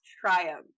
triumph